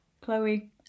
Chloe